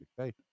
okay